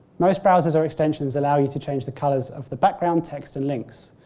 most browsers are extensions allow you to change the colour of the background, text and links.